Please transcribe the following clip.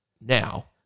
now